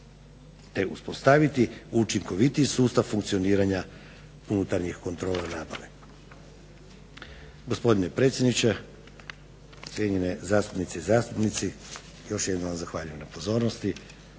te uspostaviti učinkovitiji sustav funkcioniranja unutarnjih kontrola nabave.